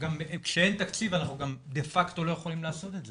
גם כשאין תקציב אנחנו גם דה-פקטו לא יכולים לעשות את זה,